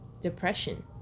depression